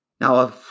Now